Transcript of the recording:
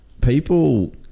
people